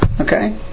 Okay